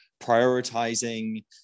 prioritizing